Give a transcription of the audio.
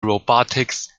robotics